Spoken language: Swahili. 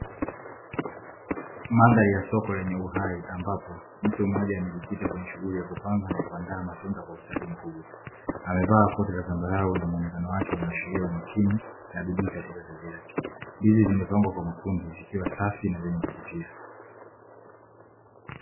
Mandhari ya soko lenye uhai ambapo mtu mmoja amejikita kwenye shughuli ya kupanga na kuandaa matunda kwa ustadi mkubwa, amevaa koti la zambarau na muonekano wake unaashiria umakini na bidii katika kazi yake. Ndizi zimepangwa kwa makundi zikiwa safi na zenye kuvutia.